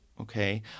Okay